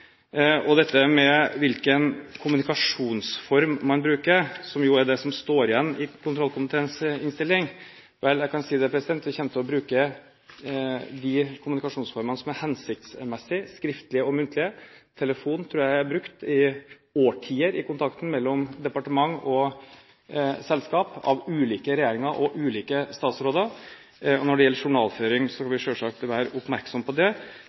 hvilken kommunikasjonsform man bruker, som jo er det som står igjen i kontrollkomiteens innstilling, kan jeg si at jeg kommer til å bruke de kommunikasjonsformene som er hensiktsmessig, skriftlig og muntlig. Telefon tror jeg er brukt i årtier i kontakten mellom departement og selskap – av ulike regjeringer og av ulike statsråder. Når det gjelder journalføring, må vi selvsagt være oppmerksomme på det,